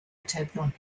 atebion